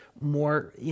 more